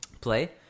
play